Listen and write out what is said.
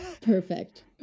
Perfect